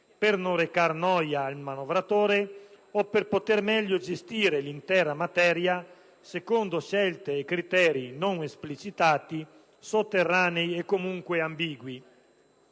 per non recar noia al manovratore o per poter meglio gestire l'intera materia secondo scelte e criteri non esplicitati, sotterranei e comunque ambigui.